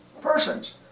persons